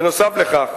נוסף על כך,